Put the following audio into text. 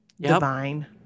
Divine